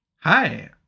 Hi